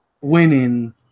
winning